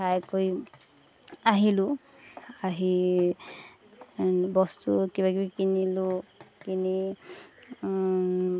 খাই কৰি আহিলোঁ আহি বস্তু কিবা কিবি কিনিলোঁ কিনি